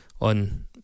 on